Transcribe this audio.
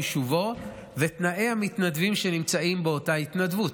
חישובו ותנאי המתנדבים שנמצאים באותה התנדבות.